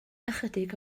ychydig